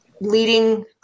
leading